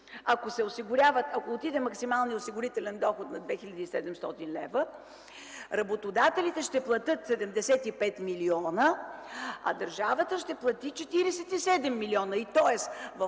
ако максималният осигурителен доход отиде на 2700 лв., работодателите ще платят 75 милиона, а държавата ще плати 47 милиона! Тоест в